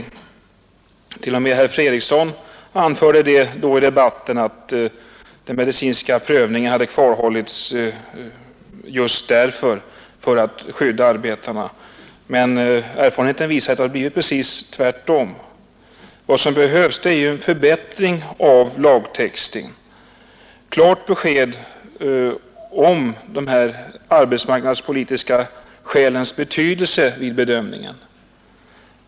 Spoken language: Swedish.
T. o. m. herr Fredriksson anförde då i debatten att den medicinska prövningen hade bibehållits just för att skydda arbetarna. Erfarenheten visar att det har blivit precis tvärtom. Vad som behövs är en förbättring av lagtexten så att den ger klart besked om de arbetsmarknadspolitiska skälens betydelse vid bedömningen.